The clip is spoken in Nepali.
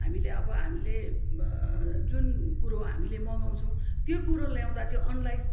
हामीले अब हामीले जुन कुरो हामीले मगाउँछौँ त्यो कुरो ल्याउँदा चाहिँ अनलाइन